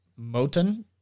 Moten